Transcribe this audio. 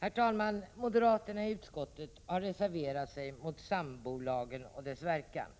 Herr talman! Moderaterna i utskottet har reserverat sig mot sambolagen och dess verkan.